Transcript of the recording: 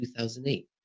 2008